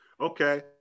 Okay